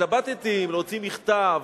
התלבטתי אם להוציא מכתב,